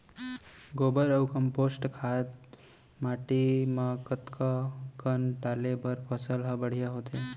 गोबर अऊ कम्पोस्ट खाद माटी म कतका कन डाले बर फसल ह बढ़िया होथे?